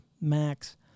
max